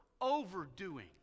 overdoing